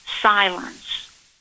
silence